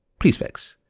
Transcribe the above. pls fix.